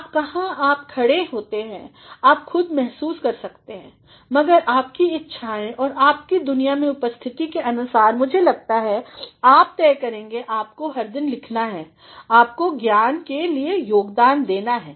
अब कहाँ आप खड़े होते हैं कि आप खुद महसूस कर सकते हैं मगर आपकी इच्छाओं और आपकी दुनिया में उपस्थिति के अनुसार मुझे लगता है आप तय करेंगे कि आपको हर दिन लिखना है आपको ज्ञान के लिए योगदान देना है